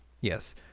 Yes